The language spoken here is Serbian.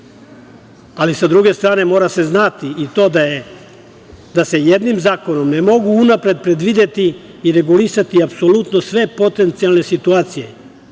Sa druge strane, mora se znati i to da se jednim zakonom ne mogu unapred predvideti i regulisati apsolutno sve potencijalne situacije